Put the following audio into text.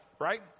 Right